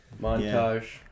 Montage